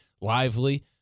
Lively